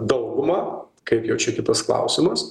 daugumą kaip jau čia kitas klausimas